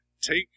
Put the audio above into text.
Take